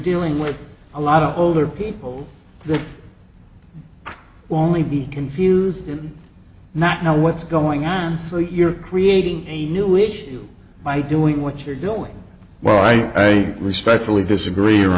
dealing with a lot of older people the only be confused and not know what's going on so you're creating a new which by doing what you're doing well i respectfully disagree